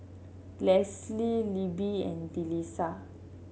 Leslee Libbie and Delisa